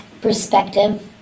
perspective